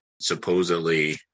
supposedly